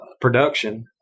production